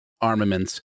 armaments